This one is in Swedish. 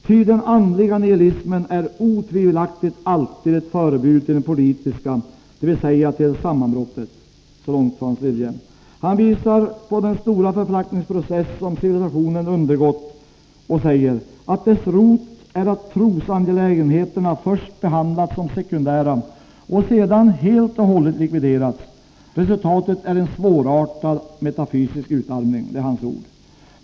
Ty den andliga nihilismen är otvivelaktigt alltid ett förebud till den politiska, dvs. till sammanbrottet.” Han visar på den stora förflackningsprocess som civilisationen undergått och säger att dess rot är att trosangelägenheterna först behandlats som sekundära och sedan helt och hållet likviderats. ”Resultatet är en svårartad metafysisk utarmning.” Det är hans ord.